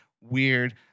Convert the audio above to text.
weird